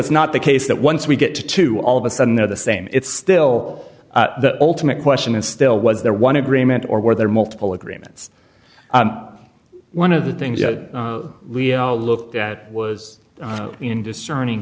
it's not the case that once we get to two all of a sudden they're the same it's still the ultimate question is still was there one agreement or were there multiple agreements one of the things that we looked at was in discerning